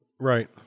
Right